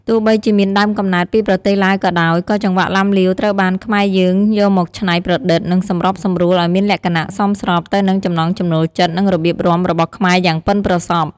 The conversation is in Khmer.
ទោះបីជាមានដើមកំណើតពីប្រទេសឡាវក៏ដោយ ក៏ចង្វាក់ឡាំលាវត្រូវបានខ្មែរយើងយកមកច្នៃប្រឌិត និងសម្របសម្រួលឲ្យមានលក្ខណៈសមស្របទៅនឹងចំណង់ចំណូលចិត្ត និងរបៀបរាំរបស់ខ្មែរយ៉ាងប៉ិនប្រសប់។